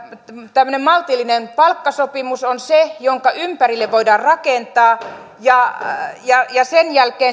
tämmöinen maltillinen palkkasopimus on se minkä ympärille voidaan rakentaa ja ja sen jälkeen